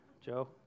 Joe